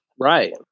Right